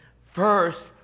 first